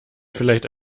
vielleicht